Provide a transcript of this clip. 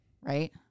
right